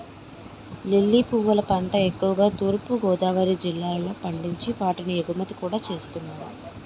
lily పువ్వుల పంట ఎక్కువుగా తూర్పు గోదావరి జిల్లాలో పండించి వాటిని ఎగుమతి కూడా చేస్తున్నారు